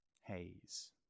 Haze